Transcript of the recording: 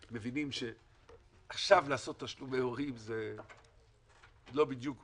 מבינים שעכשיו לעשות בתשלומי הורים זה לא בדיוק,